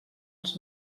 els